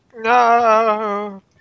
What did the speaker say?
No